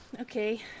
Okay